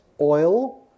oil